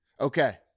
okay